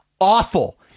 awful